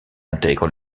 intègre